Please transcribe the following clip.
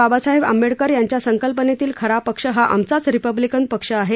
बाबासाहेब आंबेडकर यांच्या संकल्पनेतील खरा पक्ष हा आमचाच रिपब्लिकन पक्ष आहे